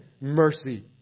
mercy